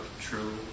true